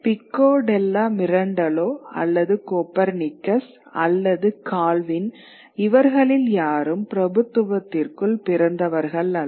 pico della Mirandola அல்லது Copernicus அல்லது Calvin இவர்களில் யாரும் பிரபுத்துவத்திற்குள் பிறந்தவர்கள் அல்ல